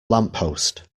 lamppost